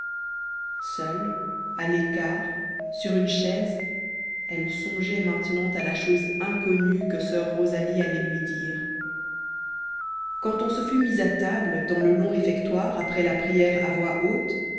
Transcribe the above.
seule à l'écart sur une chaise elle songeait maintenant à la chose inconnue que soeur rosalie allait lui dire quand on se fut mis à table dans le long réfectoire après la prière à voix haute